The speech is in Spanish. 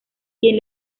quien